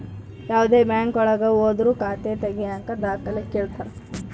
ಯಾವ್ದೇ ಬ್ಯಾಂಕ್ ಒಳಗ ಹೋದ್ರು ಖಾತೆ ತಾಗಿಯಕ ದಾಖಲೆ ಕೇಳ್ತಾರಾ